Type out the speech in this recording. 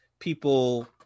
people